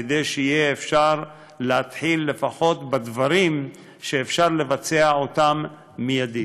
כדי שאפשר יהיה להתחיל לפחות בדברים שאפשר לבצע מיידית.